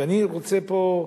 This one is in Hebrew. ואני רוצה פה,